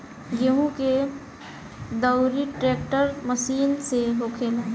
गेहूं के दउरी ट्रेक्टर मशीन से होखेला